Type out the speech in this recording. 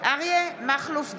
אריה מכלוף דרעי,